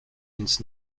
ins